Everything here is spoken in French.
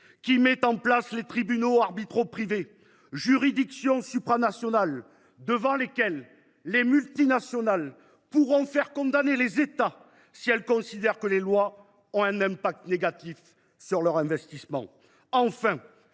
qui met en place les tribunaux arbitraux privés, juridictions supranationales devant lesquelles les multinationales pourront faire condamner les États si elles considèrent que les lois ont un impact négatif sur leurs investissements.